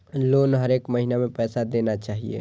Loan हरेक महीना में पैसा देना चाहि?